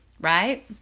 right